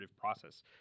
process